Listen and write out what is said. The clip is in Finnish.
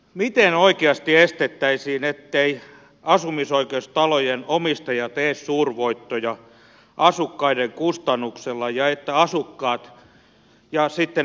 miten oikeasti varmistettaisiin ettei asumisoikeustalojen omistaja tee suurvoittoja asukkaiden kustannuksella ja että asukkaita ja siten